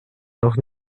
noch